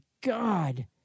God